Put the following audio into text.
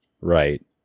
right